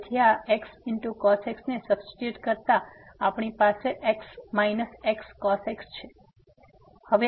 તેથી આ xcos x ને સબસ્ટીટ્યુટ કરતા આપણી પાસે x xcos x છે